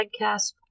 podcast